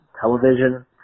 television